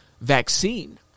vaccine